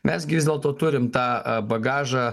mes gi vis dėlto turim tą bagažą